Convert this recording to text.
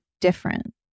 different